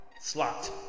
slot